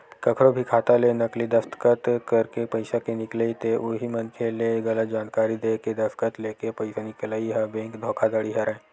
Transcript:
कखरो भी खाता ले नकली दस्कत करके पइसा के निकलई ते उही मनखे ले गलत जानकारी देय के दस्कत लेके पइसा निकलई ह बेंक धोखाघड़ी हरय